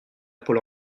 pôle